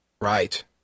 Right